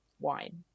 wine